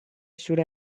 should